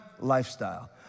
lifestyle